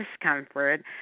discomfort